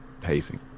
pacing